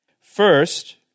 First